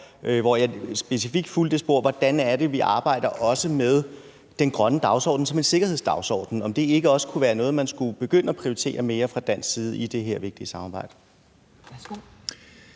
hvor jeg specifikt fulgte det spor: Hvordan arbejder vi også med den grønne dagsorden som en sikkerhedsdagsorden? Og om det ikke også kunne være noget, man skulle begynde at prioritere mere fra dansk side i det her vigtige samarbejde.